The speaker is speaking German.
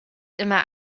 immer